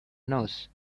nose